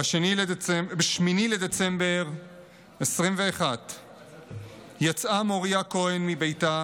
ב-8 בדצמבר 2021 יצאה מוריה כהן מביתה